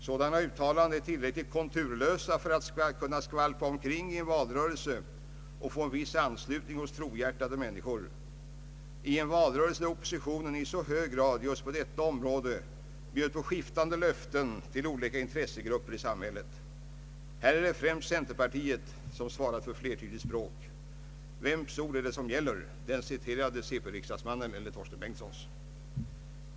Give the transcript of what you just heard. Sådana uttalanden är tillräckligt konturlösa för att kunna ”skvalpa omkring” i en valrörelse och få en viss anslutning hos trohjärtade människor — i en valrörelse där oppositionen i så hög grad just på detta område bjöd på skiftande löften till olika intressegrupper i samhället. Här är det främst centerpartiet som svarat för ett flertydigt politiskt språk. Vems ord gäller — den citerade centerpartistens eller Torsten Bengtsons?